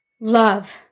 love